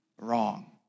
wrong